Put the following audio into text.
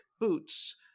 boots